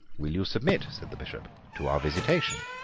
will you submit, said the bishop, to our visitation?